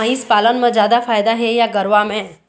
भंइस पालन म जादा फायदा हे या गरवा में?